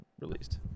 released